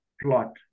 plot